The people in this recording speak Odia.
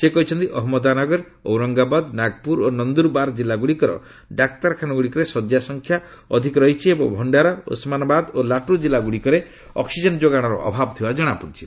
ସେ କହିଛନ୍ତି ଅହମ୍ମଦାନଗର ଔରୋଙ୍ଗବାଦ ନାଗପୁର ଓ ନନ୍ଦୁରବାର୍ କିଲ୍ଲା ଗୁଡ଼ିକର ଡାକ୍ତରଖାନା ଗୁଡ଼ିକରେ ଶଯ୍ୟା ସଂଖ୍ୟା ଅଧିକ ରହିଛି ଏବଂ ଭଣ୍ଡାରା ଓସମାନାବାଦ ଓ ଲାଟୁର ଜିଲ୍ଲା ଗୁଡ଼ିକରେ ଅକ୍ଟିଜେନ୍ ଯୋଗାଣର ଅଭାବ ଥିବା ଜଣାପଡିଛି